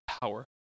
power